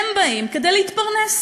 הם באים כדי להתפרנס.